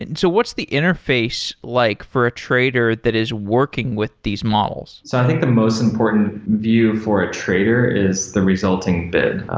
and so what's the interface like for a trader that is working with these model? so i like the most important view for a trader is the resulting bid.